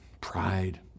pride